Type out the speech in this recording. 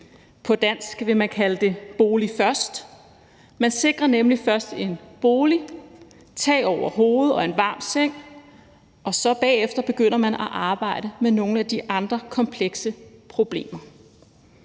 På dansk ville man kalde det bolig først. Man sikrer nemlig først en bolig, tag over hovedet og en varm seng, og så bagefter begynder man at arbejde med nogle af de andre komplekse problemer.